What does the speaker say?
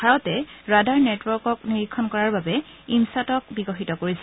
ভাৰতে ৰাডাৰ নেটৱৰ্কক নিৰীক্ষণ কৰাৰ বাবে ইমিছাটক বিকশিত কৰিছে